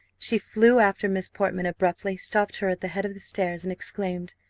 she flew after miss portman, abruptly stopped her at the head of the stairs, and exclaimed,